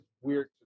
weird